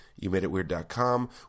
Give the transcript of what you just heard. YouMadeItWeird.com